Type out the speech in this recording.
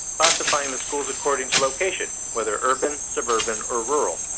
classifying the schools according to location, whether urban, suburban, or rural.